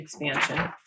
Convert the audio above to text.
expansion